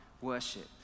worship